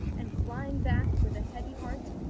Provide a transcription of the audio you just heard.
and flying back, with a heavy heart,